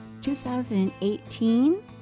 2018